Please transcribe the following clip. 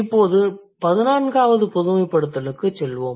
இப்போது பதினான்காவது பொதுமைப்படுத்தலுக்கு செல்வோம்